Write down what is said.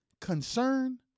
concern